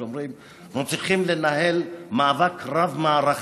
שאומרים: אנחנו צריכים לנהל מאבק רב-מערכתי?